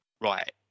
right